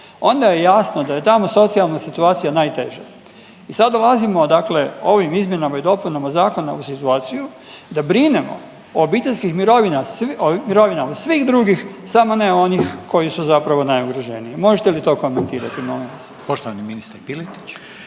onda je jasno da je tamo socijalna situacija najteža. I sad dolazimo dakle ovim izmjenama i dopunama zakona u situaciju da brinemo o obiteljskim mirovinama svih drugih samo ne onih koji su zapravo najugroženiji. Možete li to komentirati